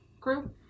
crew